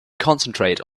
concentrate